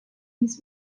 his